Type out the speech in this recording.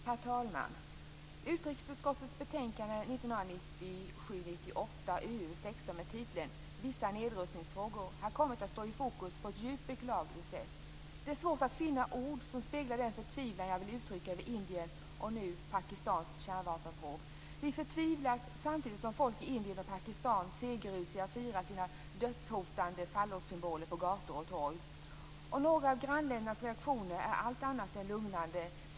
Herr talman! Utrikesutskottets betänkande 1997/98:UU16 "Vissa nedrustningsfrågor" har kommit att stå i fokus på ett djupt beklagligt sätt. Det är svårt att finna ord som speglar den förtvivlan jag vill uttrycka över Indiens och nu Pakistans kärnvapenprov. Vi förtvivlas, samtidigt som folk i Indien och Pakistan segerrusigt firar sina dödshotande fallossymboler på gator och torg. Några av grannländernas reaktioner är allt annat än lugnande.